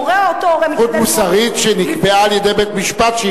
זכות מוסרית שנקבעה על-ידי בית-משפט.